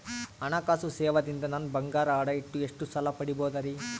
ಹಣಕಾಸು ಸೇವಾ ದಿಂದ ನನ್ ಬಂಗಾರ ಅಡಾ ಇಟ್ಟು ಎಷ್ಟ ಸಾಲ ಪಡಿಬೋದರಿ?